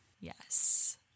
Yes